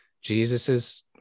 Jesus's